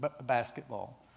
basketball